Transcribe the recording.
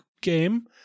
game